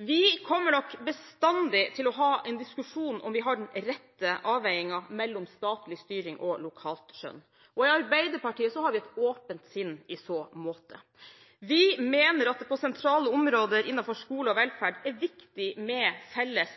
Vi kommer nok bestandig til å ha en diskusjon om vi har den rette avveiningen mellom statlig styring og lokalt skjønn. I Arbeiderpartiet har vi et åpent sinn i så måte. Vi mener det på sentrale områder innenfor skole og velferd er viktig med felles